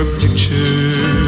picture